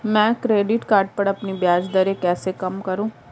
मैं credit card पर अपनी ब्याज दरें कैसे कम करूँ?